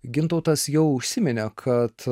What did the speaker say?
gintautas jau užsiminė kad